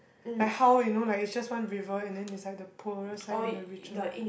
like how you know like it's just one river and then it's like the poorer side and the richer